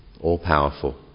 all-powerful